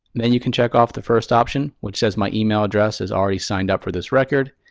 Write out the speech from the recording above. then you can check off the first option which says my email address is already signed up for this record.